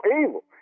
evil